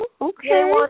Okay